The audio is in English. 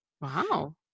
Wow